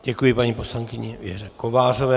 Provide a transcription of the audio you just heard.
Děkuji paní poslankyni Věře Kovářové.